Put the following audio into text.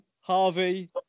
harvey